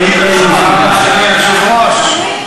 אדוני, אף מילה על נשיא המדינה.